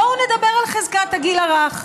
בואו נדבר על חזקת הגיל הרך.